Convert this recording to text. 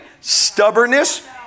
stubbornness